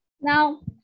Now